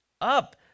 up